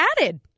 added